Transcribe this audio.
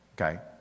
Okay